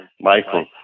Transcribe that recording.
Michael